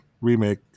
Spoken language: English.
remake